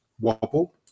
wobble